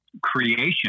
creation